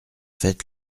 fête